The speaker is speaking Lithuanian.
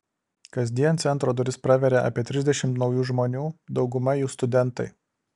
kasdien centro duris praveria apie trisdešimt naujų žmonių dauguma jų studentai